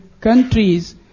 countries